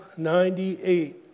98